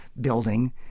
building